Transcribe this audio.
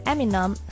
Eminem